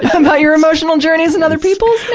about your emotional journeys and other people's,